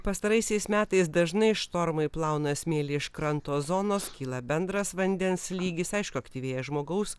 pastaraisiais metais dažnai štormai plauna smėlį iš kranto zonos kyla bendras vandens lygis aišku aktyvėja žmogaus